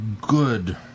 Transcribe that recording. good